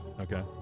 Okay